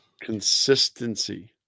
Consistency